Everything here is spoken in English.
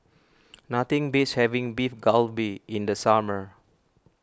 nothing beats having Beef Galbi in the summer